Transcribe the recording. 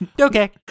Okay